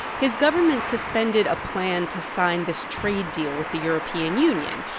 his government suspended a plan to sign this trade deal with the european union,